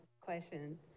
question